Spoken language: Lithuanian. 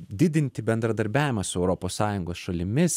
didinti bendradarbiavimą su europos sąjungos šalimis